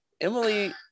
Emily